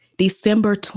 December